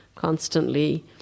Constantly